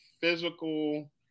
physical